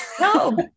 No